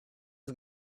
was